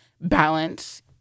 balance